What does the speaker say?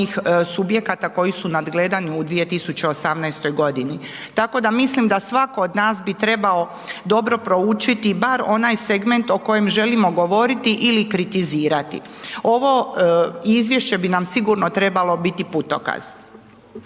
subjekata koji su u nadgledanju u 2018.g., tako da mislim da svatko od nas bi trebao dobro proučiti bar onaj segment o kojem želimo govoriti ili kritizirati. Ovo izvješće bi nam sigurno trebalo biti putokaz.